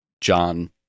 John